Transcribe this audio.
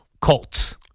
Colts